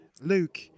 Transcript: luke